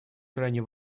крайне